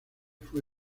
fue